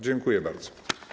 Dziękuję bardzo.